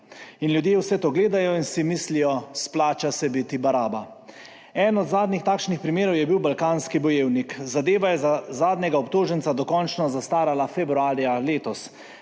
In ljudje vse to gledajo in si mislijo, splača se biti baraba. Eden od zadnjih takšnih primerov je bil Balkanski bojevnik. Zadeva je za zadnjega obtoženca dokončno zastarala februarja letos.